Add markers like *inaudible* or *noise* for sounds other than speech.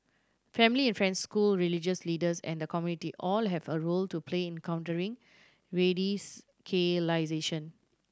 family *unintelligible* school religious leaders and the community all have a role to play in countering *unintelligible*